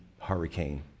hurricane